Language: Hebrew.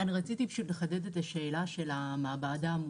אני רציתי פשוט לחדד את השאלה של המעבדה המוכרת.